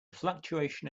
fluctuation